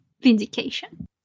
vindication